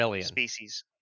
species